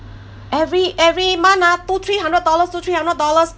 every every month ah two three hundred dollars two three hundred dollars